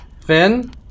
Finn